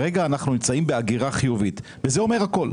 אנחנו נמצאים בהגירה חיובית וזה אומר הכול.